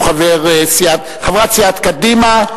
חברת סיעת קדימה,